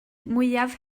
mwyaf